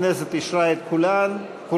הכנסת אישרה את כולן.